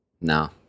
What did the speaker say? No